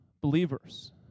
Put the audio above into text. believers